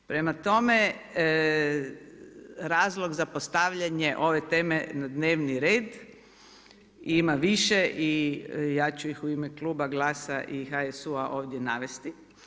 Prema tome, razlog za postavljanje ove teme na dnevni red, ima više i ja ću ih u ime Kluba GLAS-a, HSU-a ovdje navesti.